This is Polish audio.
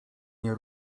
nie